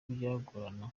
byagorana